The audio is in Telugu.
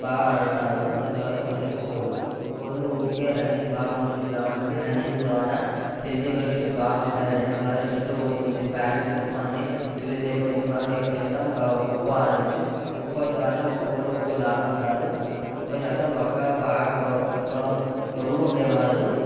బాగా ఆడతారు దాని తర్వాత మళ్ళీ కుక్కొ కుక్కోలో ఊరికే రన్నింగ్ బాగుంటుంది కాబట్టి రన్నింగ్ ద్వారా హెల్దీ బెనిఫిట్స్ బాగుంటాయి రన్నింగ్ ద్వారా స్వెట్ పోతుంది ఫాట్ మొత్తం అన్నీ రిలీజ్ అయిపోతుంది కాబట్టి ఎక్కువశాతం ఖోఖో ఆడవచ్చు ఖోఖో ద్వారా ఒక్కోక్కరు ఒక్కోలాగా ఉంటారు ఎక్కువ శాతం బక్కగా బాగా పొడవు పొడుగు ఉండేవారు